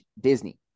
Disney